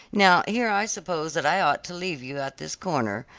now, here i suppose that i ought to leave you at this corner,